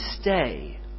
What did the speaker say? stay